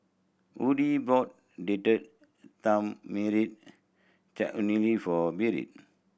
Audy bought Date Tamarind Chutney for Britt